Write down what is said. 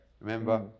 Remember